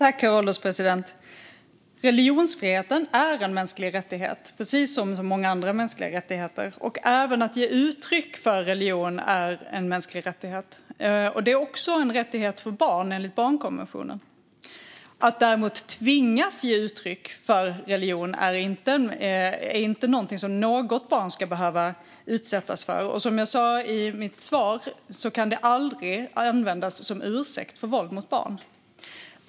Herr ålderspresident! Religionsfriheten är en mänsklig rättighet, precis som så många andra mänskliga rättigheter. Även att ge uttryck för religion är en mänsklig rättighet. Det är också en rättighet för barn enligt barnkonventionen. Att däremot tvingas att ge uttryck för religion är inte någonting som något barn ska behöva utsättas för. Som jag sa i mitt svar kan det aldrig användas som ursäkt för våld mot barn.